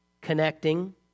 connecting